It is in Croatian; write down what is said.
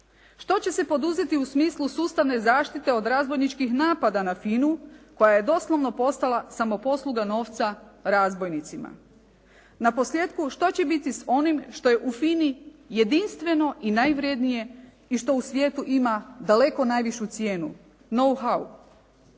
Što će se poduzeti u smislu sustavne zaštite od razbojničkih napada na FINA-u koja je doslovno postala samoposluga novca razbojnicima. Naposljetku što će biti s onim što je u FINA-i jedinstveno i najvrjednije i što u svijetu ima daleko najvišu cijenu «Know how».